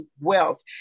wealth